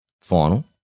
final